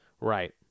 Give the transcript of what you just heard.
Right